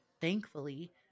Thankfully